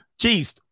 Cheese